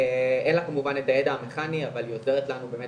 אין לה כמובן את הידע המכאני אבל היא עוזרת לנו באמת